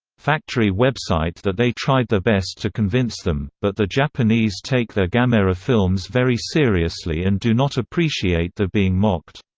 factory website that they tried their best to convince them, but the japanese take their gamera films very seriously and do not appreciate their being mocked.